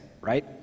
right